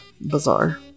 bizarre